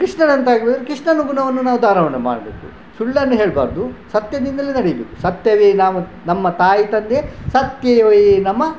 ಕೃಷ್ಣನಂತಾಗ್ಬೇಕು ಕೃಷ್ಣನ ಗುಣವನ್ನು ನಾವು ಧಾರಣ ಮಾಡಬೇಕು ಸುಳ್ಳನ್ನು ಹೇಳ್ಬಾರ್ದು ಸತ್ಯದಿಂದಲೇ ನಡಿಬೇಕು ಸತ್ಯವೇ ನಾವು ನಮ್ಮ ತಾಯಿ ತಂದೆ ಸತ್ಯವೇ ನಮ್ಮ